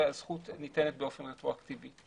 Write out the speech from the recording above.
והזכות ניתנת באופן רטרואקטיבי.